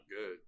good